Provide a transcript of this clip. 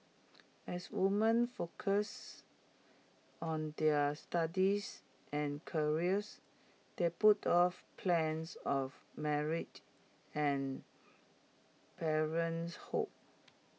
as woman focused on their studies and careers they put off plans of marriage and parenthood